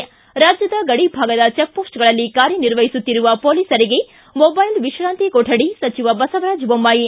ಿ ರಾಜ್ಯದ ಗಡಿ ಭಾಗದ ಚಿಕ್ಹೊಸ್ಟ್ಗಳಲ್ಲಿ ಕಾರ್ಯನಿರ್ವಹಿಸುತ್ತಿರುವ ಪೊಲೀಸರಿಗೆ ಮೊಬೈಲ್ ವಿಶ್ರಾಂತಿ ಕೊಠಡಿ ಸಚಿವ ಬಸವರಾಜ ಬೊಮ್ಬಾಯಿ